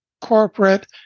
corporate